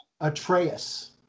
Atreus